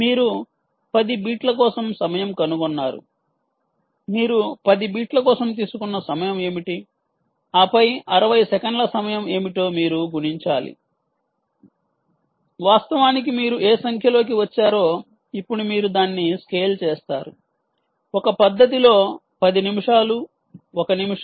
మీరు 10 బీట్ల కోసం సమయం కోసం కనుగొన్నారు మీరు 10 బీట్ల కోసం తీసుకున్న సమయం ఏమిటి ఆపై 60 సెకన్ల సమయం ఏమిటో మీరు గుణించాలి వాస్తవానికి మీరు ఏ సంఖ్యలోకి వచ్చారో ఇప్పుడు మీరు దాన్ని స్కేల్ చేస్తారు ఒక పద్ధతిలో 10 నిమిషాలు 1 నిమిషం